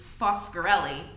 Foscarelli